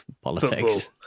politics